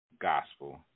gospel